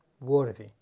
worthy